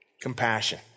Compassion